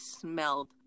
smelled